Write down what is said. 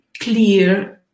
clear